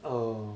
oh